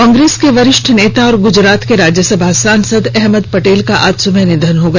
कांग्रेस के वरिष्ठ नेता और गुजरात से राज्यसभा सांसद अहमद पटेल का आज सुबह निधन हो गया